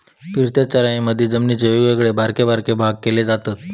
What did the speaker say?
फिरत्या चराईमधी जमिनीचे वेगवेगळे बारके बारके भाग केले जातत